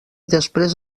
després